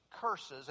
curses